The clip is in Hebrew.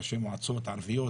ראשי מועצות ערביות,